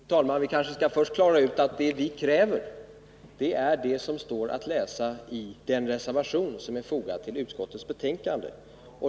Fru talman! Vi skall kanske först klara ut att vad vi kräver är vad som står att läsa i den reservation som är fogad till utskottets betänkande.